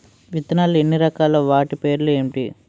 విత్తనాలు ఎన్ని రకాలు, వాటి పేర్లు ఏంటి?